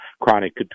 chronic